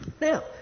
Now